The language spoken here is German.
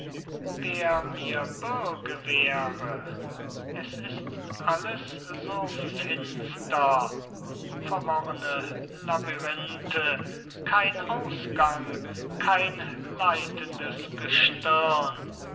wer mir bürge wäre es ist alles so finster verworrene labyrinthe kein ausgang kein leitendes gestirn